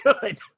good